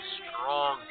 strong